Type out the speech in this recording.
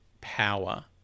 power